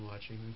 watching